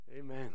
amen